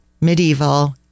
medieval